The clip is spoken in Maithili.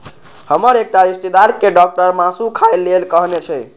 हमर एकटा रिश्तेदार कें डॉक्टर मासु खाय लेल कहने छै